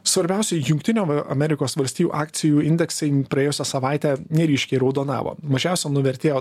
svarbiausi jungtinio amerikos valstijų akcijų indeksai praėjusią savaitę neryškiai raudonavo mažiausia nuvertėjo